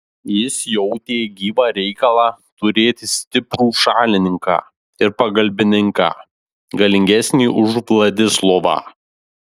jis jautė gyvą reikalą turėti stiprų šalininką ir pagalbininką galingesnį už vladislovą